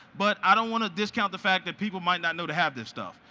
but i don't want to discount the fact that people might not know to have this stuff.